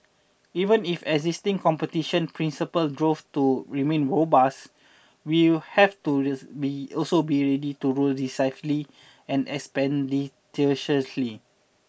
even if existing competition principles prove to remain robust we have to be also be ready to rule decisively and expeditiously